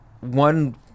One